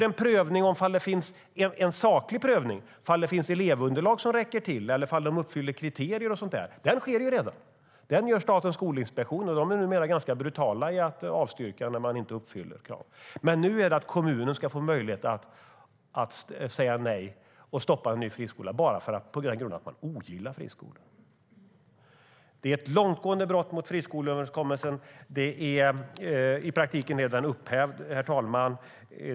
En saklig prövning av om det finns elevunderlag som räcker till och om de uppfyller kriterier och sådant, den sker ju redan. Den gör Statens skolinspektion, och den är numera ganska brutal i fråga om att avstyrka när friskolor inte uppfyller kraven. Men nu ska kommunen få möjlighet att säga nej och stoppa en ny friskola enbart på den grunden att man ogillar friskolor. Detta är ett långtgående brott mot friskoleöverenskommelsen. I praktiken är den upphävd, herr talman.